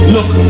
Look